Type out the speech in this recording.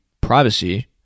privacy